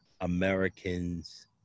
Americans